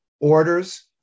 orders